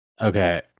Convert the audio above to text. Okay